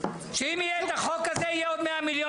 שאם יהיה החוק הזה יהיה עוד 100 מיליון שקל.